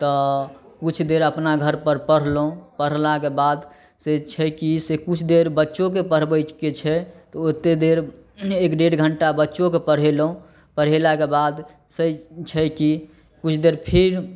तऽ किछु देर अपना घर पर पढ़लहुॅं पढ़लाके बाद से छै कि से कुछ देर बच्चोके पढ़बै के छै तऽ ओते देर एक डेढ़ घण्टा बच्चोके पढ़ेलहुॅं पढ़ेलाके बाद से छै कि कुछ देर फिर